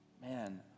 man